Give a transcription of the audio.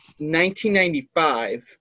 1995